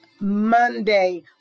Monday